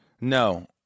No